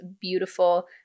beautiful